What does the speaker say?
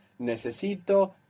Necesito